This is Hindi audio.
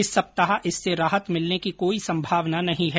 इस सप्ताह इससे राहत मिलने की कोई संभावना नहीं है